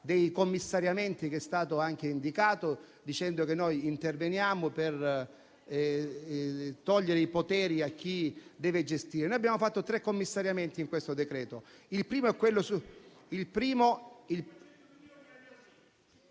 dei commissariamenti, che è stato indicato dicendo che noi interveniamo per togliere i poteri a chi deve gestire. Noi abbiamo fatto tre commissariamenti in questo decreto...*(Commenti).*